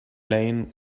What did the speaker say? lane